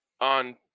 on